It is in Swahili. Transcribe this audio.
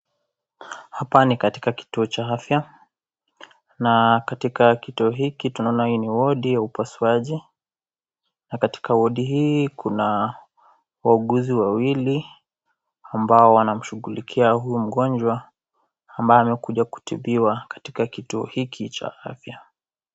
Hapa ni katika kituo cha afya, na katika kituo hiki tunaona hii ni wodi ya upasuaji. Na katika wodi hii kuna wauguzi wawili, ambao wanamshughulikia huyu mgonjwa, amekuja kutibiwa katika kituo hiki cha afya.